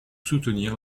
soutenir